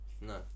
No